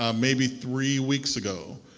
um maybe three weeks ago.